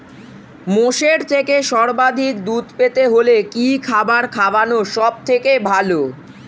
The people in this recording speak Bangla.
মোষের থেকে সর্বাধিক দুধ পেতে হলে কি খাবার খাওয়ানো সবথেকে ভালো?